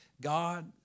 God